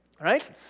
right